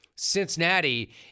Cincinnati